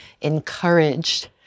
encouraged